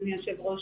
אדוני היושב-ראש,